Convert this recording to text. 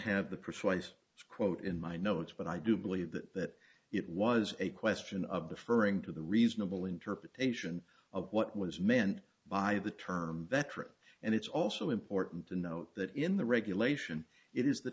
have the precise quote in my notes but i do believe that it was a question of the furring to the reasonable interpretation of what was meant by the term veteran and it's also important to note that in the regulation it is the